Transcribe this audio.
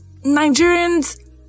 nigerians